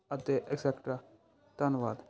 ਅਤੇ ਅਸੈਕਟਰਾ ਧੰਨਵਾਦ